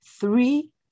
three